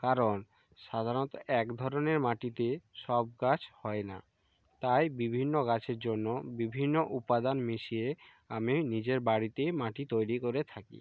কারণ সাধারণত এক ধরনের মাটিতে সব গাছ হয় না তাই বিভিন্ন গাছের জন্য বিভিন্ন উপাদান মিশিয়ে আমি নিজের বাড়িতেই মাটি তৈরি করে থাকি